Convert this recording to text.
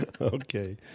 Okay